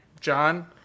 John